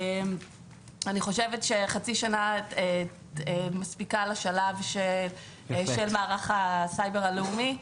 אני חושבת שחצי שנה מספיקה לשלב של מערך הסייבר הלאומי,